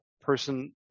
person